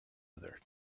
other